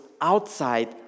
outside